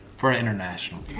for international.